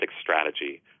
strategy